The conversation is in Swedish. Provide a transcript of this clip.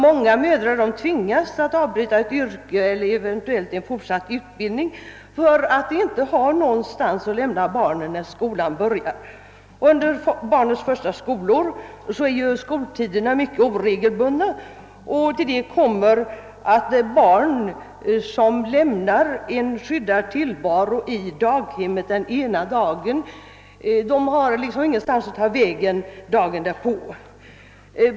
Många mödrar tvingas avbryta ett yrke eller eventuellt en fortsatt utbildning för att de inte har någonstans att lämna barnen när skolan börjar. Under barnens första skolår är skol tiderna mycket oregelbundna, och till detta kommer att barn som den ena dagen lämnar en skyddad tillvaro i daghemmen dagen därpå inte har någonstans att ta vägen.